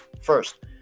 First